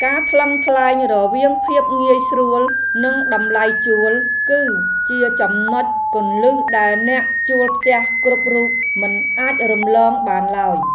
ការថ្លឹងថ្លែងរវាងភាពងាយស្រួលនិងតម្លៃជួល គឺជាចំណុចគន្លឹះដែលអ្នកជួលផ្ទះគ្រប់រូបមិនអាចរំលងបានឡើយ។